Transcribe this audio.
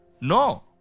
No